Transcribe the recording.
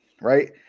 right